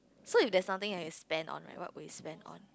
so you there's thing that you spend on it what would you spend on